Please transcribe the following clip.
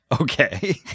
Okay